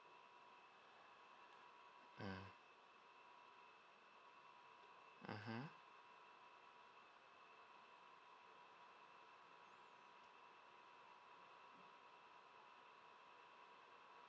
mm mmhmm